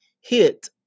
hit